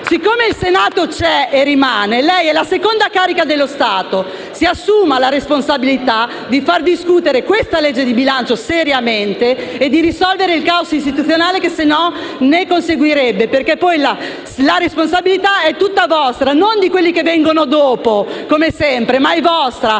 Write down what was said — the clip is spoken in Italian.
siccome il Senato c'è e rimane e lei è la seconda carica dello Stato, si assuma la responsabilità di far discutere questo disegno di legge di bilancio seriamente e di risolvere il caos istituzionale che altrimenti ne conseguirebbe. La responsabilità è tutta vostra, non di quelli che vengono dopo, come sempre; è vostra,